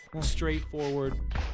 Straightforward